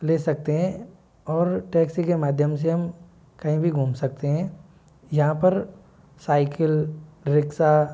ले सकते हैं और टैक्सी के माध्यम से हम कहीं भी घूम सकते हैं यहाँ पर साइकेल रिक्शा